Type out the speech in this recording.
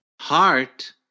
heart